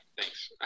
thanks